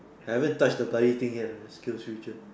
I haven't touch the bloody thing yet man SkillsFuture